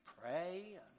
pray